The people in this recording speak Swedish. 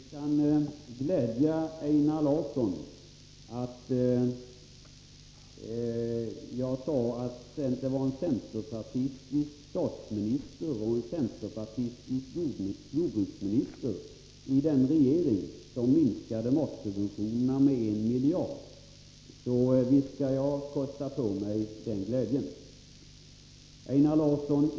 Fru talman! Om det gläder Einar Larsson att jag sade att det var en centerpartistisk statsminister och en centerpartistisk jordbruksminister i den regering som minskade matsubventionerna med en miljard, så skall jag visst kosta på mig att sprida den glädjen.